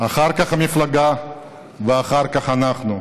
אחר כך המפלגה ואחר כך אנחנו.